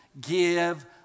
give